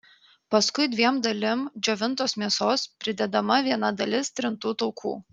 paskui dviem dalim džiovintos mėsos pridedama viena dalis trintų taukų